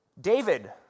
David